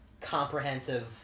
comprehensive